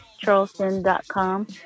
charleston.com